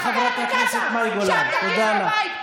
שם תרגיש בבית.